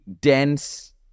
dense